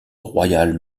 royal